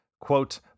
Quote